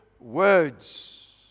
words